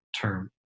term